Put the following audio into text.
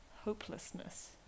hopelessness